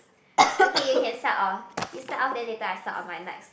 okay you can start off you start off then later I start off my nights